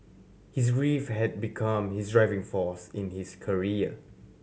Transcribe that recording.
his grief had become his driving force in his career